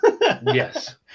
Yes